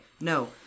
no